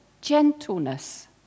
gentleness